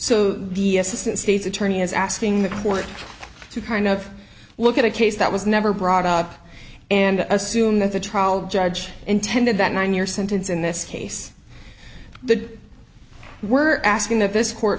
so the assistant state's attorney is asking the court to kind of look at a case that was never brought up and assume that the trial judge intended that nine year sentence in this case the were asking that this court